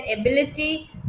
ability